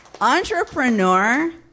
Entrepreneur